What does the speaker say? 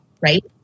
Right